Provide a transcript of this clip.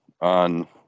on